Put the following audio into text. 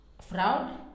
fraud